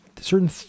certain